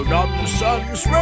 Nonsense